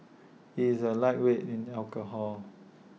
he is A lightweight in alcohol